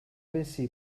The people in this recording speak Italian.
bensì